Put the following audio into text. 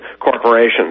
corporations